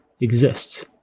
exists